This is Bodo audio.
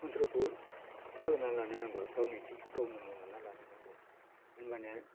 कन्ट्रलखौ खालामनानै लानो नांगौ आरो गावनि थैखौ गावनो मावना लानो नांगौ होमबानिया